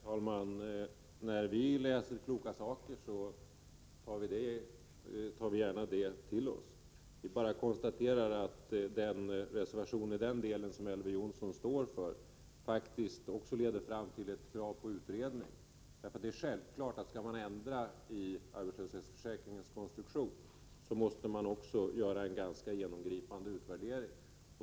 Herr talman! När vi läser kloka saker, tar vi gärna till oss detta. Jag bara konstaterar att den reservation som Elver Jonsson står för på denna punkt faktiskt också leder fram till ett krav på utredning. Det är självklart, att skall man göra ändringar i arbetslöshetsförsäkringens konstruktion, måste man företa en ganska genomgripande utvärdering.